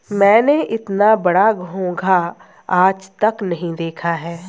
मैंने इतना बड़ा घोंघा आज तक नही देखा है